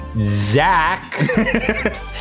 Zach